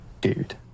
Dude